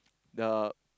the